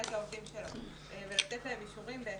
את העובדים שלו וצריך לתת להם אישורים בהתאם.